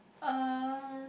uh